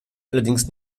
allerdings